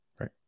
right